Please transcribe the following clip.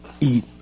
eat